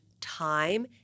time